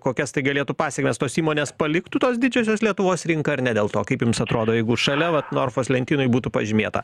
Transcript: kokias tai galėtų pasekmes tos įmonės paliktų tos didžiosios lietuvos rinką ar ne dėl to kaip jums atrodo jeigu šalia vat norfos lentynoj būtų pažymėta